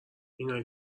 اینایی